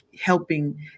helping